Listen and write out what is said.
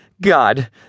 God